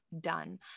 done